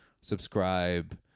subscribe